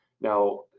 now